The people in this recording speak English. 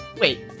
Wait